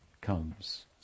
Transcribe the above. comes